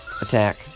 Attack